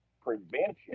prevention